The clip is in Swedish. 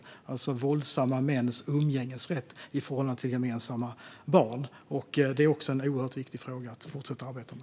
Det handlar om våldsamma mäns umgängesrätt i förhållande till gemensamma barn. Detta är också en oerhört viktig fråga att fortsätta arbeta med.